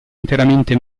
interamente